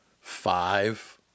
five